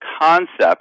concept